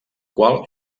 qual